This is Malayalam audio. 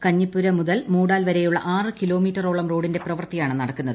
കഞ്ഞിപ്പുര മുതൽ മൂടാൽ വരെയുള്ള ആറ് കിലോമീറ്ററോളം റോഡിന്റെ പ്രവൃത്തിയാണ് നടക്കുന്നത്